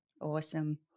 Awesome